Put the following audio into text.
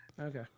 Okay